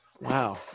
Wow